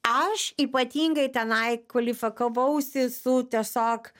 aš ypatingai tenai kvalifikavausi su tiesiog